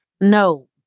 No